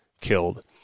killed